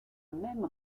même